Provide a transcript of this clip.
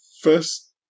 first